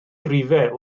rhifau